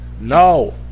No